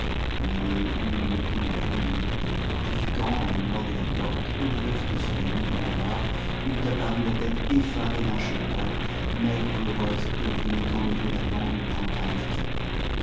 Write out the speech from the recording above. mais où il ne connut plus de limite ce fut quand dans le noir de la porte ouverte sur la nuit du boulevard eut apparu la tête effarée d'un cheval maigre rosse que venait d'enlever la bande aux brancards de son sapin